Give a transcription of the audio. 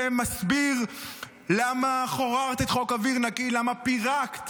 זה מסביר למה חוררת את חוק אוויר נקי, למה פירקת